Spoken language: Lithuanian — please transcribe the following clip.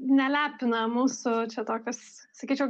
nelepina mūsų čia tokios sakyčiau